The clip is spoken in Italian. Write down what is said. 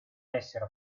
esser